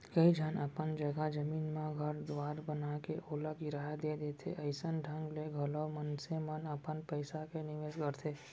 कइ झन अपन जघा जमीन म घर दुवार बनाके ओला किराया दे देथे अइसन ढंग ले घलौ मनसे मन अपन पइसा के निवेस करथे